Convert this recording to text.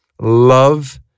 love